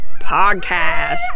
podcast